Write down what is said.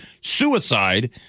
suicide